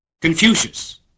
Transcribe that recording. Confucius